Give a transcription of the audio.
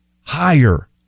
higher